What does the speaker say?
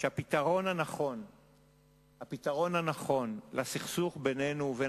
שהפתרון הנכון לסכסוך בינינו לבין